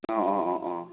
অঁ অঁ অঁ অঁ